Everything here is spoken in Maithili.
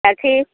कथी